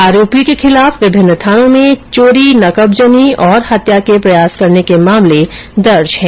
आरोपियों के खिलाफ विभिन्न थानों में चोरी नकबजनी और हत्या के प्रयास करने के मामले दर्ज है